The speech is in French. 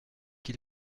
qui